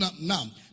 now